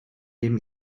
dem